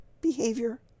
behavior